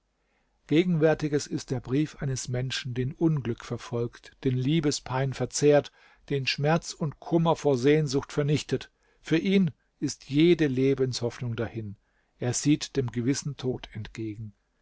gegenwärtiges ist der brief eines menschen den unglück verfolgt den liebespein verzehrt den schmerz und kummer vor sehnsucht vernichtet für ihn ist jede lebenshoffnung dahin er sieht dem gewissen tod entgegen